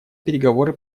переговоры